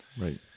Right